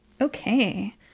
Okay